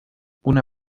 una